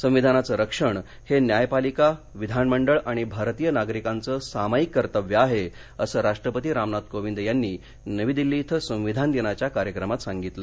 संविधानाचं रक्षण हे न्यायपालिका विधानमंडळ आणि भारतीय नागरिकांचं सामायिक कर्तव्य आहे असं राष्ट्रपती रामनाथ कोविंद यांनी नवी दिल्ली इथं संविधान दिनाच्या कार्यक्रमात सांगितलं